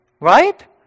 right